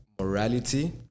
morality